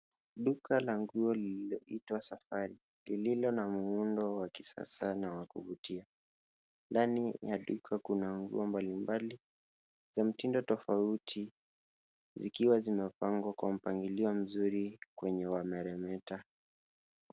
Duka la nguo lililoitwa Safari lililo na muundo wa kisasa na wa kuvutia. Ndani ya duka kuna nguo mbalimbali za mtindo tofauti zikiwa zimepangwa kwa mpangilio mzuri kwenye wameremeta.